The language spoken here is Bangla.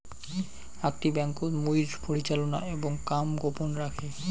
আকটি ব্যাংকোত মুইর পরিচালনা এবং কাম গোপন রাখে